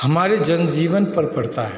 हमारे जनजीवन पर पड़ता है